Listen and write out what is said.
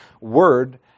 word